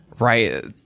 right